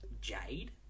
Jade